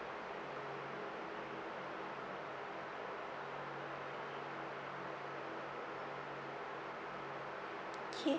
okay